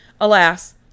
alas